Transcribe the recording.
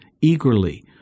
eagerly